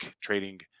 trading